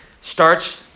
starts